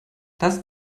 das